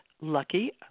Lucky